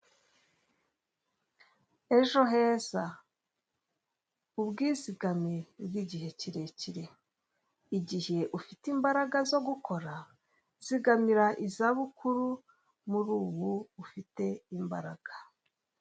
Ejo heza : ubwizigame bw'igihe kirekire, igihe ufite imbaraga zo gukora zigamira izabukuru, muri ubu ufite imbaraga.